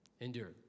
endure